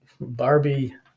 Barbie